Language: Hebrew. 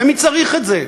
מי צריך את זה?